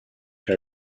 her